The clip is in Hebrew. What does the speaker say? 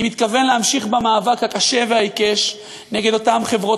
אני מתכוון להמשיך במאבק הקשה והעיקש נגד אותן חברות